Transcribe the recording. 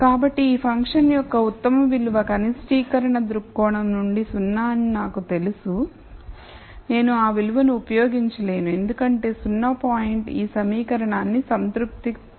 కాబట్టి ఈ ఫంక్షన్ యొక్క ఉత్తమ విలువ కనిష్టీకరణ దృక్కోణం నుండి 0 అని నాకు తెలుసు నేను ఆ విలువను ఉపయోగించలేను ఎందుకంటే 0 పాయింట్ ఈ సమీకరణాన్ని సంతృప్తిపరచకపోవచ్చు